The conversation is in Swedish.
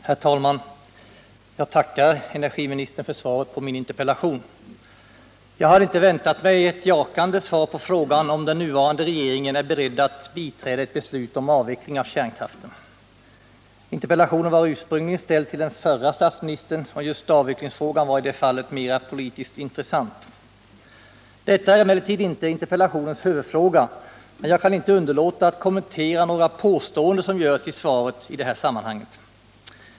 Herr talman! Jag tackar energiministern för svaret på min interpellation. Jag hade inte väntat mig ett jakande svar på frågan om den nuvarande regeringen är beredd att biträda ett beslut om avveckling av kärnkraften. Interpellationen var ursprungligen ställd till den förre statsministern, och just avvecklingsfrågan var i det fallet mera politiskt intressant. Det är emellertid inte interpellationens huvudfråga, men jag kan inte underlåta att kommentera några påståenden som görs i det här sammanhanget.